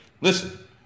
listen